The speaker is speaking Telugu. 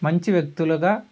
మంచి వ్యక్తులుగా